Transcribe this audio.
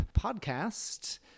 podcast